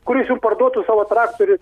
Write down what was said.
kuris jum parduotų savo traktorius